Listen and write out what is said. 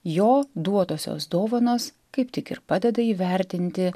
jo duotosios dovanos kaip tik ir padeda įvertinti